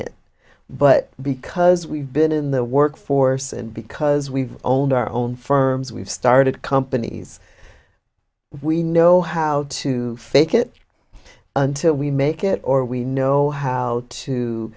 it but because we've been in the workforce and because we've told our own firms we've started companies we know how to fake it until we make it or we know how to